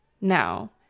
now